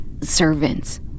servants